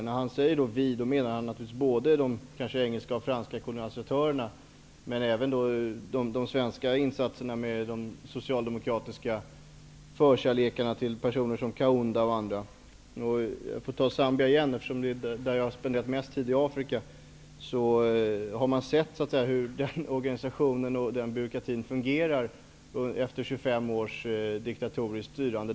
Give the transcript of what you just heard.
När han säger ''vi'' menar han både kolonisatörerna, kanske engelska eller franska, men även de svenska insatserna med den socialdemokratiska förkärleken till personer som För att ta Zambia igen -- eftersom det är där jag spenderat mest tid i Afrika -- så har man sett hur den byråkratin fungerar efter 25 års diktatoriskt styre.